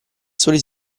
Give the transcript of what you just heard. sole